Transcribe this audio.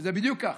זה בדיוק כך.